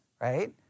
right